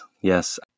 Yes